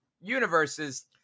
universes